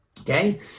Okay